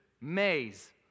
maze